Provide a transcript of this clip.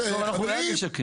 מה לשקם?